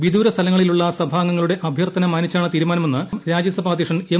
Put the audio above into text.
വിദൂരസ്ഥലങ്ങളിലുള്ള സഭാംഗങ്ങളുടെ അഭ്യർത്ഥന മാനിച്ചാണ് തീരുമാനമെന്ന് രാജ്യസഭാ അധ്യക്ഷൻ എം